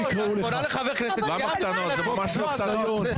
קינלי, זה לא קטנות.